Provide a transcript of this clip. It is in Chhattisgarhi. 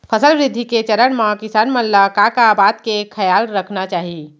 फसल वृद्धि के चरण म किसान मन ला का का बात के खयाल रखना चाही?